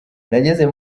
nageze